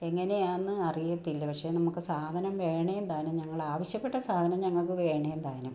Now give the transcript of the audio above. എങ്ങനെയാന്ന് അറിയത്തില്ല പക്ഷേ നമുക്ക് സാധനം വേണെന്താനും ഞങ്ങൾ ആവശ്യപ്പെട്ട സാധനം ഞങ്ങൾക്ക് വേണെന്താനും